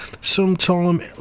sometime